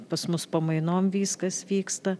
pas mus pamainom viskas vyksta